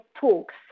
talks